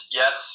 yes